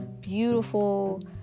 beautiful